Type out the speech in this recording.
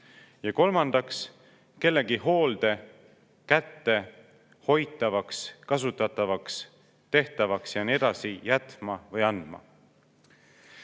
ja kolmandaks, kellegi hoolde, kätte, hoitavaks, kasutatavaks, tehtavaks ja nii edasi jätma või andma.